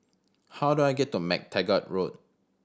how do I get to MacTaggart Road